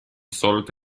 salt